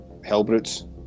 Hellbrutes